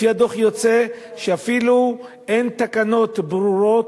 לפי הדוח יוצא שאפילו אין תקנות ברורות,